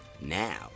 now